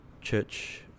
church